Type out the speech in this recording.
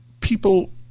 people